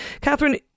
Catherine